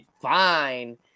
fine